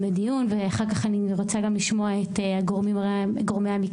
בדיון ואחר כך אני רוצה גם לשמוע את גורמי המקצוע,